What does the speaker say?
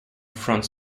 front